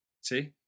See